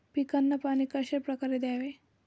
पिकांना पाणी कशाप्रकारे द्यावे?